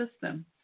system